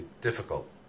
difficult